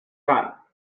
done